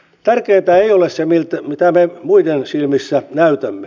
tärkeintä ei ole se miltä me muiden silmissä näytämme